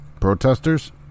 protesters